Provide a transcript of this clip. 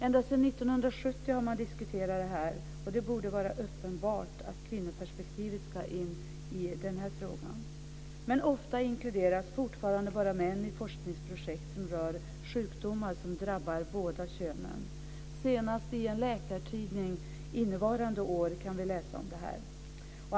Ända sedan 1970 har man diskuterat detta. Det borde vara uppenbart att kvinnoperspektivet ska in i den här frågan. Men fortfarande inkluderas bara män i forskningsprojekt som rör sjukdomar som drabbar båda könen. Senast i en läkartidning från innevarande år kan vi läsa detta.